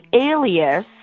alias